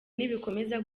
nibikomeza